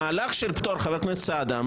חבר הכנסת סעדה,